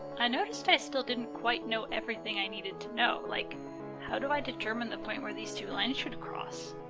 i noticed i still didn't quite know everything i needed to know. like how do i determine the point where these two lines should cross?